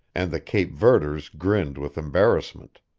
and the cape verders grinned with embarrassment.